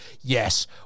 Yes